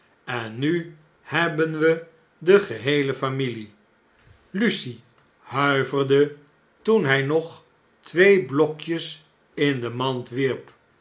en nu hebben we de geheele familie lucie huiverde toen hjj nog twee blokjesin de mand wierp